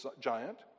giant